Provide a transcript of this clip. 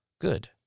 good